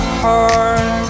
heart